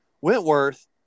Wentworth